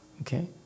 Okay